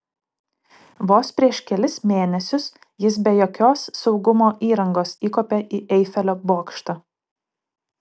vos prieš kelis mėnesius jis be jokios saugumo įrangos įkopė į eifelio bokštą